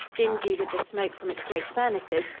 dingy with the smoke from its great furnaces,